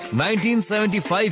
1975